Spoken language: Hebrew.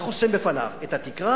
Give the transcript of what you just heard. ואתה חוסם בפניו את התקרה,